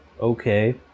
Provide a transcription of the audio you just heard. okay